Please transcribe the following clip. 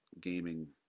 gaming